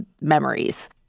memories